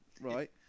Right